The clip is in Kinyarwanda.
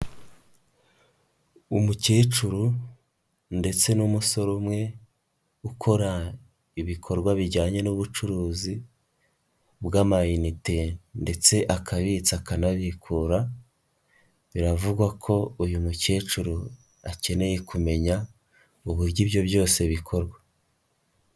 Umukecuru ndetse n'umusore umwe ukora ibikorwa bijyanye n'ubucuruzi bw'amayinite ndetse akabitsa, akanabikura, biravugwa ko uyu mukecuru akeneye kumenya uburyo ibyo byose bikorwa.